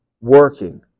working